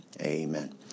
Amen